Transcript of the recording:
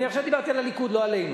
אני עכשיו דיברתי על הליכוד, לא עלינו.